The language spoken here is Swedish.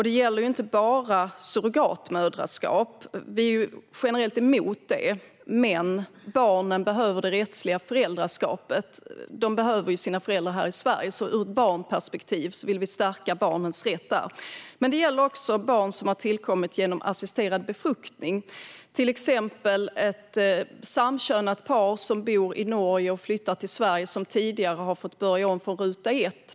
Det gäller inte bara surrogatmoderskap - vi är generellt emot det, men barnen behöver det rättsliga föräldraskapet. De behöver sina föräldrar här i Sverige. Ur ett barnperspektiv vill vi alltså stärka barnens rätt där. Men det gäller även barn som har tillkommit genom assisterad befruktning. Ett samkönat par som till exempel bor i Norge och flyttar till Sverige har tidigare fått börja om från ruta ett.